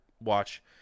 watch